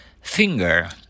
Finger